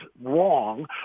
wrong